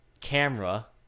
camera